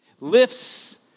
Lifts